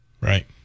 Right